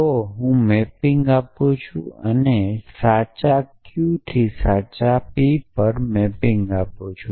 તો હું મેપિંગ આપું છું અને સાચા q થી સાચા p પર મેપિંગ આપું છું